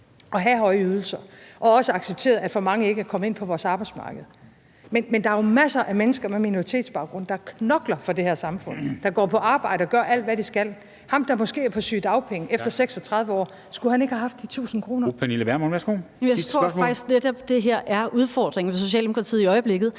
at have høje ydelser og også accepteret, at for mange ikke er kommet ind på vores arbejdsmarked, men der er jo masser af mennesker med minoritetsbaggrund, der knokler for det her samfund, der går på arbejde og gør alt, hvad de skal. Skulle ham, der måske er på sygedagpenge efter 36 år, ikke have haft de 1.000 kr.? Kl. 14:02 Formanden (Henrik Dam Kristensen): Fru Pernille Vermund.